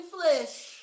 flesh